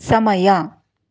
ಸಮಯ